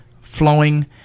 flowing